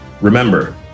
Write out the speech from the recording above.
Remember